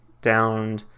down